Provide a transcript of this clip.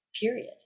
Period